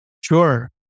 Sure